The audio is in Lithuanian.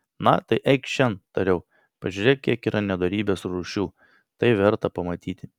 na tai eikš šen tariau pažiūrėk kiek yra nedorybės rūšių tai verta pamatyti